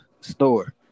store